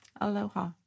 Aloha